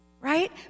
Right